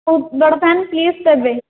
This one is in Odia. ବହୁତ ବଡ଼ ଫ୍ୟାନ୍ ପ୍ଳିଜ୍ ଦେବେ